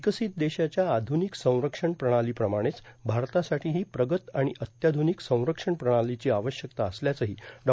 विकसित देशाच्या आध्रनिक संरक्षण प्रणालीप्रमाणेच भारतासाठीही प्रगत आणि अत्याध्रनिक संरक्षण प्रणालीची आवश्यकता असल्याचंही डॉ